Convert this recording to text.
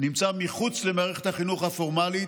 נמצא מחוץ למערכת החינוך הפורמלית.